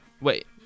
Wait